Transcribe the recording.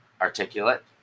articulate